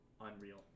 unreal